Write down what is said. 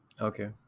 Okay